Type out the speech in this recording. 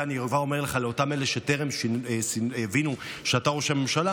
את זה אני אומר לאותם אלה שטרם הבינו שאתה ראש הממשלה,